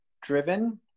driven